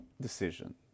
Decision